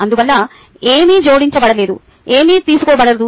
అందువల్ల ఏమీ జోడించబడలేదు ఏమీ తీసుకోబడదు